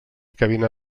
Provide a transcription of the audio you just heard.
cabina